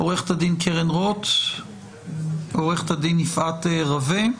עורכת הדין קרן רוט ועורכת הדין יפעת רווה.